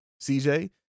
CJ